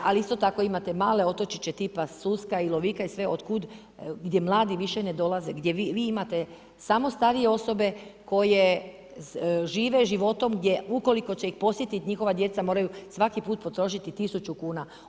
Ali isto tako imate male otočiće tipa Susak i Lovik i sve, otkud, gdje mladi više ne dolaze, gdje vi imate samo starije osobe koje žive životom gdje ukoliko će ih posjetiti njihova djeca moraju svaki put potrošiti tisuću kuna.